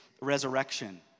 resurrection